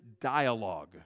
dialogue